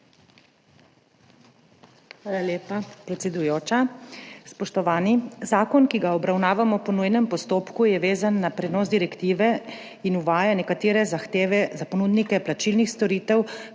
Hvala lepa, predsedujoča. Spoštovani! Zakon, ki ga obravnavamo po nujnem postopku, je vezan na prenos direktive in uvaja nekatere zahteve za ponudnike plačilnih storitev,